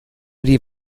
die